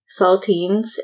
saltines